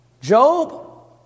Job